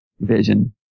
vision